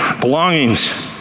belongings